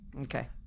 Okay